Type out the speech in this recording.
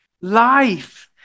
life